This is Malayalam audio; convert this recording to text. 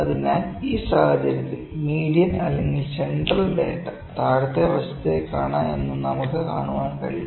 അതിനാൽ ഈ സാഹചര്യത്തിൽ മീഡിയൻ അല്ലെങ്കിൽ സെൻട്രൽ ഡാറ്റ താഴത്തെ വശത്തേക്കാണ് എന്ന് നമുക്ക് കാണാൻ കഴിയും